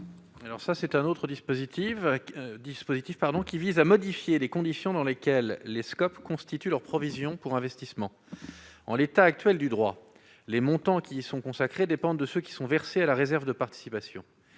Capus. Cet amendement vise à modifier les conditions dans lesquelles les SCOP constituent leurs provisions pour investissement. En l'état actuel du droit, les montants qui y sont consacrés dépendent de ceux qui sont versés à la réserve de participation.